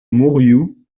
mourioux